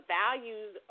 values